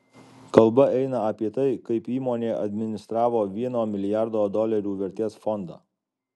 kalba eina apie tai kaip įmonė administravo vieno milijardo dolerių vertės fondą